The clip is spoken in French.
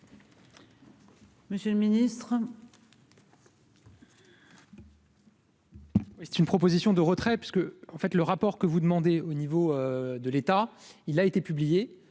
Monsieur le ministre. C'est une proposition de retrait parce que, en fait, le rapport que vous demandez au niveau de l'État, il a été publié